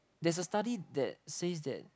there's a study that says that